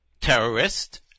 terrorist